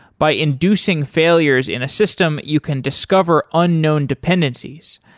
by inducing failures in a system, you can discover unknown dependencies,